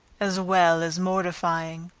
as well as mortifying.